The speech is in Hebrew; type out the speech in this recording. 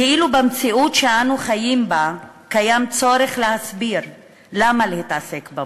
כאילו במציאות שאנו חיים בה קיים צורך להסביר למה להתעסק בפוליטיקה.